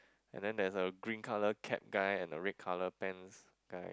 and there there's a green colour cap guy and red colour pants guy